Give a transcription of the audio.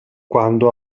quando